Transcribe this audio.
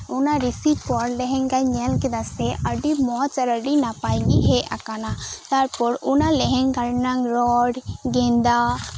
ᱚᱱᱟ ᱨᱤᱥᱤᱯ ᱯᱚᱨ ᱞᱮᱦᱮᱝᱜᱟᱧ ᱧᱮᱞ ᱠᱮᱫᱟ ᱥᱮ ᱟᱹᱰᱤ ᱢᱚᱸᱪᱽ ᱟᱨ ᱟᱹᱰᱤ ᱱᱟᱯᱟᱭ ᱜᱮ ᱦᱮᱡ ᱟᱠᱟᱱᱟ ᱛᱟᱨᱯᱚᱨ ᱚᱱᱟ ᱞᱮᱦᱮᱝᱜᱟ ᱨᱮᱭᱟᱜ ᱨᱚᱝ ᱜᱮᱸᱫᱟ